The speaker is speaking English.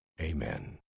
Amen